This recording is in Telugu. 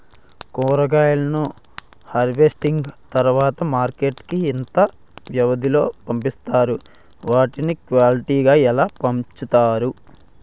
కూరగాయలను హార్వెస్టింగ్ తర్వాత మార్కెట్ కి ఇంత వ్యవది లొ పంపిస్తారు? వాటిని క్వాలిటీ గా ఎలా వుంచుతారు?